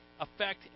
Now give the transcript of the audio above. affect